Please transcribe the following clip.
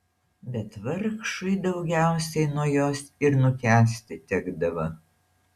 bet vargšui daugiausiai nuo jos ir nukęsti tekdavo